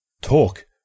Talk